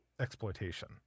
exploitation